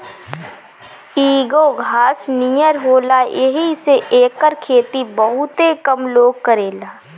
इ एगो घास नियर होला येही से एकर खेती बहुते कम लोग करेला